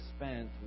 spent